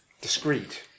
discreet